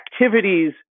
activities